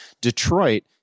Detroit